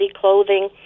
clothing